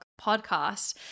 podcast